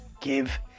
give